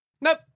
Nope